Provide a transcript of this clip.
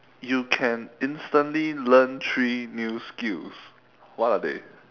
you can instantly learn three new skills what are they